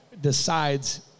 decides